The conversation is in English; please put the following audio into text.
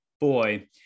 boy